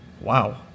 Wow